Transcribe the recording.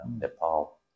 Nepal